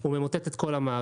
הוא ממוטט את כל המערכת.